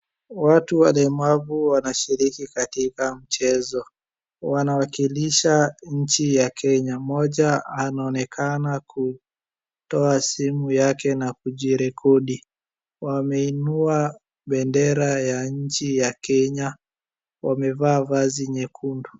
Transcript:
Watu walemavu wanashiriki katika mchezo, wanawakilisha nchi ya Kenya, mmoja anaonekana kutoa simu yake na kujirekodi. Wameinua bendera ya nchi ya Kenya, wamevaa vazi nyekundu.